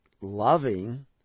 loving